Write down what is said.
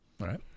right